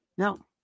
No